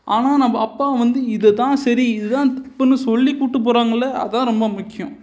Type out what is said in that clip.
ஆனால் நம்ப அப்பா வந்து இது தான் சரி இது தான் தப்புன்னு சொல்லி கூப்பிட்டு போகறாங்கள அதான் ரொம்ப முக்கியம்